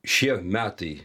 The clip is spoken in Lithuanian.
šie metai